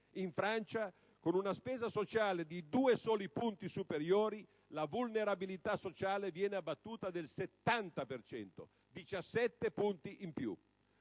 in Francia, con una spesa sociale di due soli punti superiori, la vulnerabilità sociale viene abbattuta del 70 per cento: 17 punti in più!